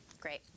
Great